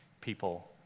people